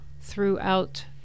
throughout